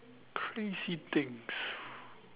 crazy things